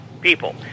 people